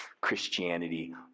Christianity